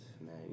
man